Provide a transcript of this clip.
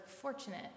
fortunate